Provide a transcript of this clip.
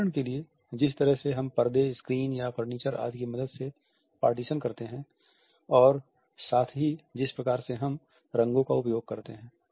उदाहरण के लिए जिस तरह से हम पर्दे स्क्रीन तथा फर्नीचर आदि की मदद से पार्टीशन करते हैं और साथ ही जिस प्रकार से हम रंगों का उपयोग करते हैं